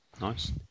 Nice